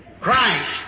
Christ